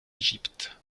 égypte